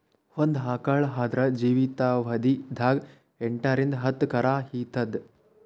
ಒಂದ್ ಆಕಳ್ ಆದ್ರ ಜೀವಿತಾವಧಿ ದಾಗ್ ಎಂಟರಿಂದ್ ಹತ್ತ್ ಕರಾ ಈತದ್